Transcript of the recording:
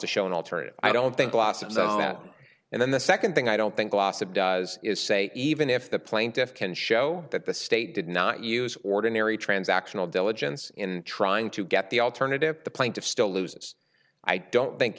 to show an alternative i don't think losses on it and then the second thing i don't think loss it does is say even if the plaintiffs can show that the state did not use ordinary transactional diligence in trying to get the alternative the plaintiff still loses i don't think